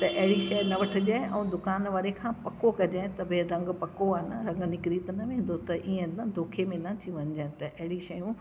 अहिड़ी शइ न वठजे ऐं दुकान वारे खां पको कजे त भई रंग पको आहे न रंग निकरी त न वेंदो त ईअं न धोखे में न अची वञजे त अहिड़ी शयूं